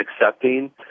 accepting